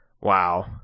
Wow